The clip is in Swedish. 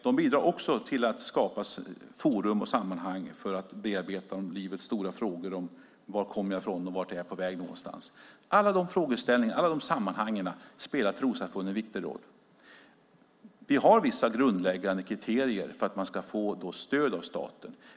De bidrar också till att skapa forum och sammanhang för att bearbeta livets stora frågor: Var kommer jag ifrån och vart är jag på väg någonstans? I alla dessa frågor och sammanhang spelar trossamfund en viktig roll. Vi har vissa grundläggande kriterier för att man ska få stöd av staten.